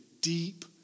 deep